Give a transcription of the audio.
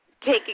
taking